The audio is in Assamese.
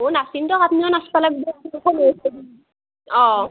অঁ নাচিম দক আপনিও নাচবা লাগব অঁ